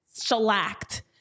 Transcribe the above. shellacked